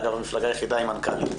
אגב, המפלגה היחידה עם מנכ"לית.